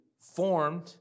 formed